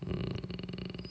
mm